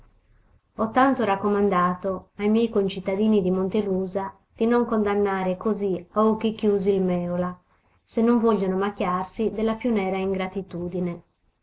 ho tanto raccomandato ai miei concittadini di montelusa di non condannare così a occhi chiusi il mèola se non vogliono macchiarsi della più nera ingratitudine